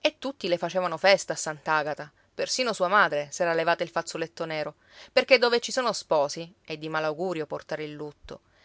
e tutti le facevano festa a sant'agata persino sua madre s'era levata il fazzoletto nero perché dove ci sono sposi è di malaugurio portare il lutto